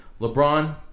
LeBron